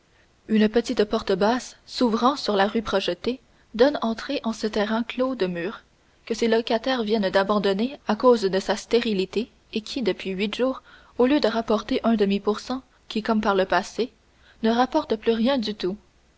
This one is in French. une petite porte basse s'ouvrant sur la rue projetée donne entrée en ce terrain clos de murs que ses locataires viennent d'abandonner à cause de sa stérilité et qui depuis huit jours au lieu de rapporter un demi pour cent qui comme par le passé ne rapporte plus rien du tout